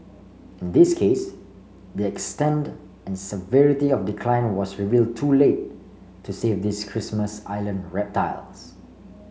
in this case the extent and severity of decline was reveal too late to save these Christmas Island reptiles